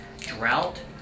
drought